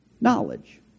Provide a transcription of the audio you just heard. Knowledge